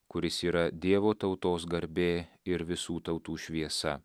kuris yra dievo tautos garbė ir visų tautų šviesa